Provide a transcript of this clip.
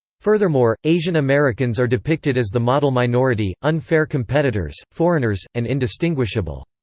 furthermore, asian-americans are depicted as the model minority, unfair competitors, foreigners, and indistinguishable.